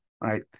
right